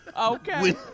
Okay